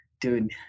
Dude